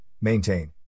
Maintain